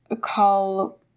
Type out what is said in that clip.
call